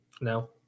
No